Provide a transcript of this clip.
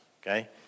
okay